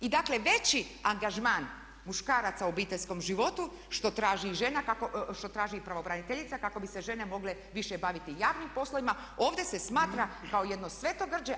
I dakle veći angažman muškaraca u obiteljskom životu što traži i žena, što traži i pravobraniteljica kako bi se žene mogle više baviti javnim poslovima ovdje se smatra kao jedno svetogrđe.